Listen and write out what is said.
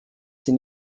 sie